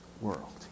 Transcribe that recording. world